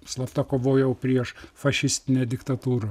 slapta kovojau prieš fašistinę diktatūrą